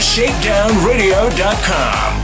ShakedownRadio.com